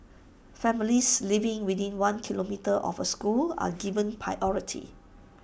families living within one kilometre of A school are given priority